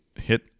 hit